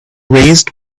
raised